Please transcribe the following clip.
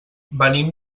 venim